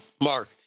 Mark